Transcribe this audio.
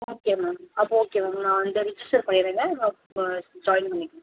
okay ma'am அப்போ okay ma'am நான் வந்து ரிஜிஸ்டர் பண்ணிருங்க நம்ம ஜாயின் பண்ணிக்கலாம்